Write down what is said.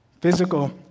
Physical